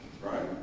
Right